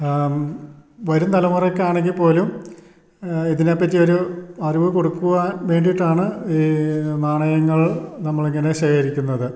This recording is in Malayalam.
വരും തലമുറക്ക് ആണെങ്കിൽ പോലും ഇതിനെപ്പറ്റി ഒരു അറിവ് കൊടുക്കുവാൻ വേണ്ടീട്ടാണ് ഈ നാണയങ്ങൾ നമ്മൾ ഇങ്ങനെ ശേഖരിക്കുന്നത്